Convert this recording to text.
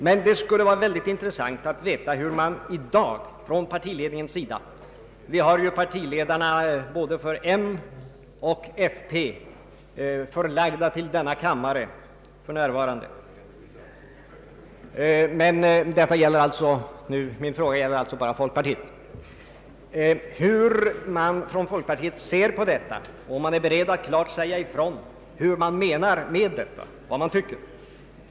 Men det skulle vara intressant att få veta hur man i dag från partiledningens sida vi har ju partiledarna för både m och fp förlagda till denna kammare för närvarande, men min fråga gäller alltså bara folkpartiet — ser på detta och om man från folkpartiets sida är beredd att klart säga ifrån vad man menar.